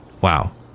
Wow